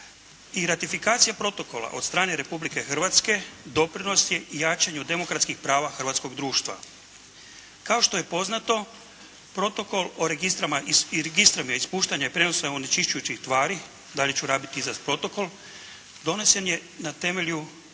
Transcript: I ratifikacija Protokola od strane Republike Hrvatske doprinos je jačanju demokratskih prava hrvatskog društva. Kao što je poznato Protokol o registrima ispuštanja i prijenosa onečišćujućih tvari, dalje ću rabiti izraz Protokol, donesen je na temelju